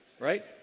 right